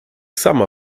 sama